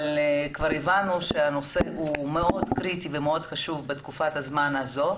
אבל הבנו שהנושא קריטי מאוד וחשוב בתקופת הזמן הזאת.